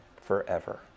forever